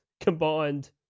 combined